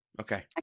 Okay